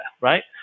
right